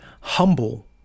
humble